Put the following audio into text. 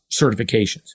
certifications